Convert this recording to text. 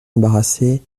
embarrassée